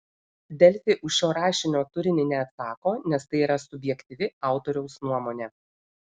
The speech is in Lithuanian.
delfi už šio rašinio turinį neatsako nes tai yra subjektyvi autoriaus nuomonė